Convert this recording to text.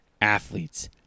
athletes